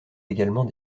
également